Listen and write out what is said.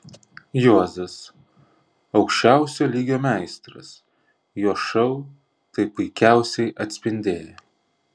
juozas aukščiausio lygio meistras jo šou tai puikiausiai atspindėjo